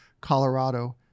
Colorado